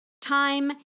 time